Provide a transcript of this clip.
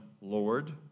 Lord